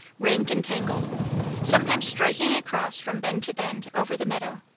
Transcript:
rank and tangled sometimes striking across from bend to bend over the meadow,